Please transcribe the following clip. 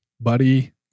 buddy